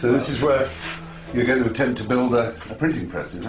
this is where you're going to attempt to build a printing press,